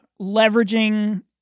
leveraging